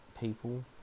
people